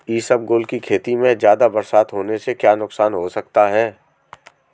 इसबगोल की खेती में ज़्यादा बरसात होने से क्या नुकसान हो सकता है?